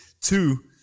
Two